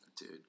dude